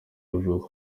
bavuga